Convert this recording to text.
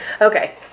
Okay